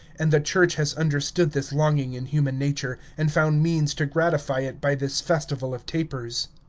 and the church has understood this longing in human nature, and found means to gratify it by this festival of tapers.